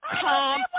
Come